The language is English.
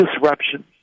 disruption